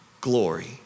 glory